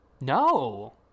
no